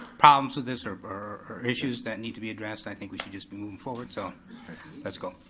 problems with this or or issues that need to be addressed. i think we should just move forward, so let's go.